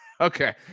okay